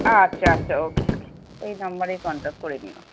আচ্ছা আচ্ছা okay okay এই নম্বরেই কন্ট্যাক্ট করে নিও